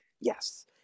Yes